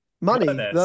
money